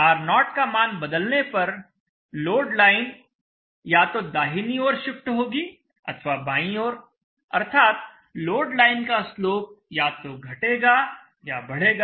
R0 का मान बदलने पर लोड लाइन या तो दाहिनी ओर शिफ्ट होगी अथवा बांई ओर अर्थात लोड लाइन का स्लोप या तो घटेगा या बढ़ेगा